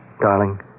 Darling